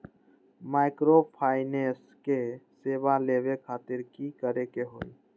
Microfinance के सेवा लेबे खातीर की करे के होई?